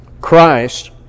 Christ